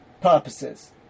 purposes